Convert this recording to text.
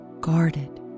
guarded